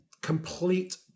complete